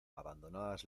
abandonadas